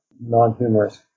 non-humorous